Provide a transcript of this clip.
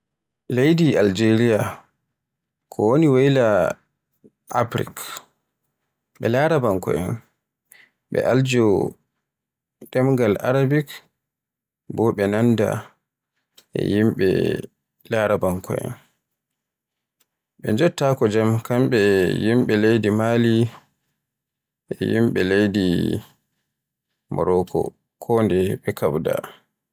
Leydi Aljeriya ko woni woyla Afrik, ɓe larabankoen ɓe aljo ɗemgal Arabik bo ɓe nanda e yimɓe larabanko en. Ɓe njotta ko jaam kamɓe e yimɓe leydi Mali e yimɓe leydi Morocco, kondeye ɓe kaɓda.